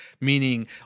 meaning